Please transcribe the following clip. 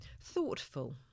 thoughtful